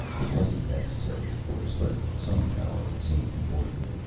it wasn't necessary, of course. but somehow, it seemed important.